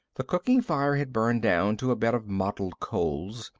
the cooking fire had burned down to a bed of mottled coals,